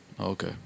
Okay